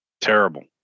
Terrible